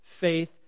faith